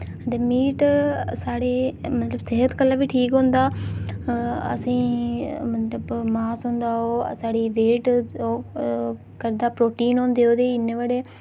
ते मीट साढ़े मतलब सेहत गल्ला बी ठीक होंदा असेंई मतलब मास होंदा ओह् साढ़ी वेट करदा प्रोटीन होंदे उदे इन्ने बड़े